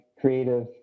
creative